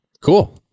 Cool